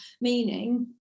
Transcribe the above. meaning